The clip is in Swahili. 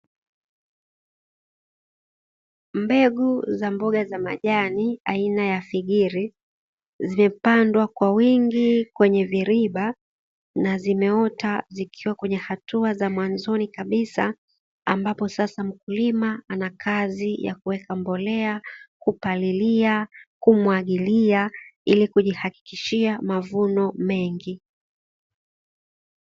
Mbegu za mboga za majani aina ya figiri zimepandwa kwa wingi kwenye viriba na zimeota zikiwa kwenye hatua za mwanzoni kabisa ambapo sasa mkulima anakazi ya kuweka mbolea, kupalilia, kumwagilia ili kujihakikishia mavuno mengi.